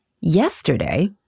yesterday